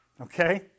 Okay